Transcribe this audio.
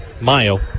Mayo